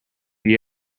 you